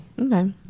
Okay